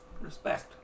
Respect